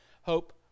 hope